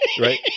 Right